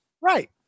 right